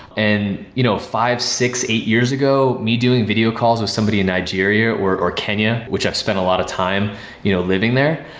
and you know five, six eight years ago, me doing video calls with somebody in nigeria, or or kenya, which i've spent a lot of time you know living there,